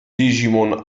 digimon